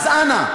אז אנא.